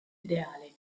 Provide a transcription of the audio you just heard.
ideale